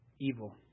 evil